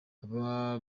aba